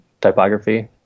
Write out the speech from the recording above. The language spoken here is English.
typography